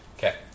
Okay